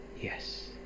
Yes